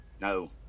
no